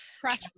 Crash